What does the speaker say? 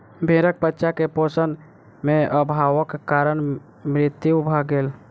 भेड़क बच्चा के पोषण में अभावक कारण मृत्यु भ गेल